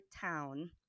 town